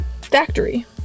factory